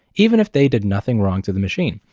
even if they did nothing wrong to the machine.